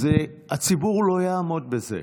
הציבור לא יעמוד בזה.